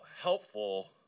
helpful